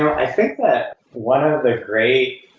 i think that one of the great